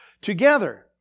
together